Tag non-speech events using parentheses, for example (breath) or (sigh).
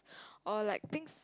(breath) or like things